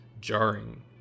jarring